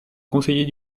conseiller